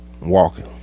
walking